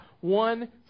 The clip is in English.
one